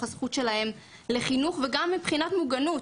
הזכות שלהם לחינוך וגם מבחינת מוגנות.